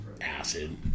acid